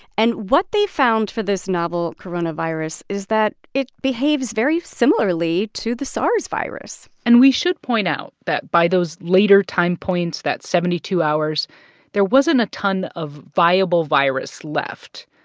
and what they found for this novel coronavirus is that it behaves very similarly to the sars virus and we should point out that by those later time points that seventy two hours there wasn't a ton of viable virus left.